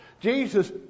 Jesus